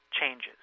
changes